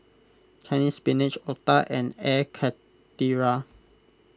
Chinese Spinach Otah and Air Karthira